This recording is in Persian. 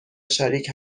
شریک